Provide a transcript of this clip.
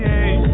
Hey